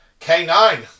K9